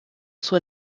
zur